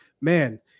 man